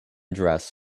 dress